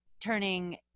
turning